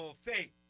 faith